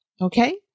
Okay